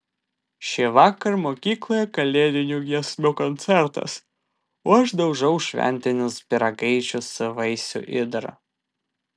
šįvakar mokykloje kalėdinių giesmių koncertas o aš daužau šventinius pyragaičius su vaisių įdaru